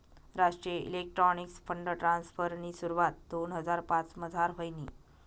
राष्ट्रीय electronics fund ट्रान्स्फरनी सुरवात दोन हजार पाचमझार व्हयनी